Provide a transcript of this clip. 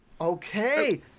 Okay